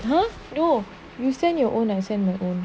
!huh! no you send your own my own